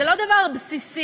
זה לא דבר בסיסי,